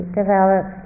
develop